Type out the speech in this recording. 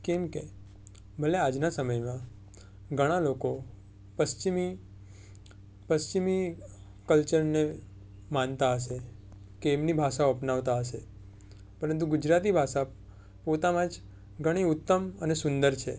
કેમ કે ભલે આજના સમયમાં ઘણા લોકો પશ્ચિમી પશ્ચિમી કલ્ચરને માનતા હશે કે એમની ભાષાઓ અપનાવતા હશે પરંતુ ગુજરાતી ભાષા પોતામાં જ ઘણી ઉત્તમ અને સુંદર છે